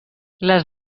les